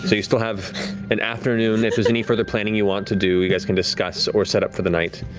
so you still have an afternoon. if there's any further planning you want to do, you guys can discuss or set up for the night.